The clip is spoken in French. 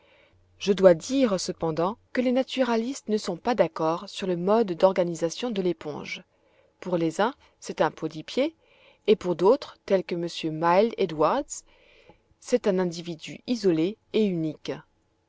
je dois dire cependant que les naturalistes ne sont pas d'accord sur le mode d'organisation de l'éponge pour les uns c'est un polypier et pour d'autres tels que m milne edwards c'est un individu isolé et unique